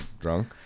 drunk